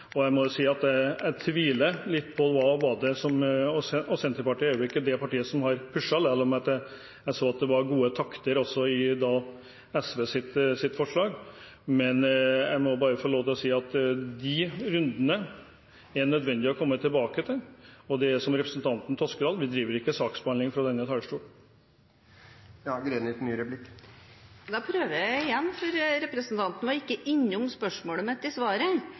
Og Senterpartiet er vel ikke det partiet som har pushet på, selv om jeg så det var gode takter også i forbindelse med SVs forslag. Jeg må bare få lov til å si at de rundene er det nødvendig å komme tilbake til, og som representanten Toskedal sier, vi driver ikke saksbehandling fra denne talerstolen. Da prøver jeg igjen, for representanten var ikke innom spørsmålet mitt i svaret.